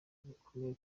bikomeye